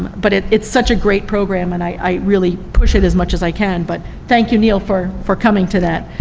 but it's such a great program, and i really push it as much as i can, but thank you, neal, for for coming to that.